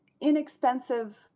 inexpensive